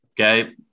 okay